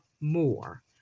more